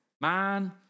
Man